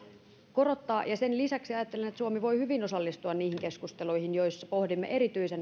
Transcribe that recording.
korottaa sen lisäksi ajattelen että suomi voi hyvin osallistua niihin keskusteluihin joissa pohdimme erityisen